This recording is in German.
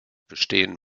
bestehen